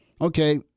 okay